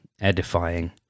edifying